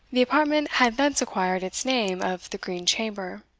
the apartment had thence acquired its name of the green chamber.